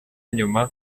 nyuma